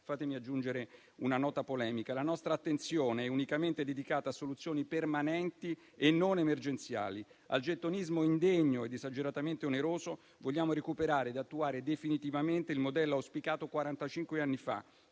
Fatemi aggiungere una nota polemica: la nostra attenzione è unicamente dedicata a soluzioni permanenti e non emergenziali. Al gettonismo indegno ed esageratamente oneroso vogliamo recuperare ed attuare definitivamente il modello auspicato quarantacinque